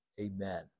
amen